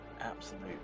Absolute